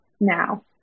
now